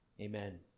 Amen